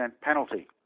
penalty